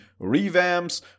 revamps